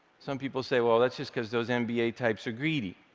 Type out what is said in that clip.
some people say, well, that's just because those and mba types are greedy.